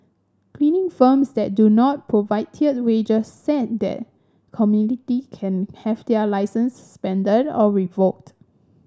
cleaning firms that do not provide tiered wages set the community can have their licences suspended or revoked